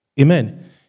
Amen